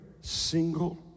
single